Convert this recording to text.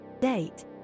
Date